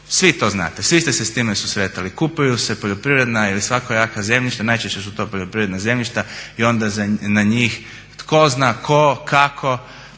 svi to znate, svi ste se s time susretali. Kupuju se poljoprivredna ili svakojaka zemljišta, najčešće su to poljoprivredna zemljišta i onda na njih tko zna tko, kako